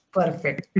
perfect